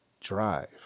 drive